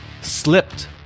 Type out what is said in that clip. slipped